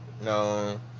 no